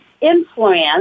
influence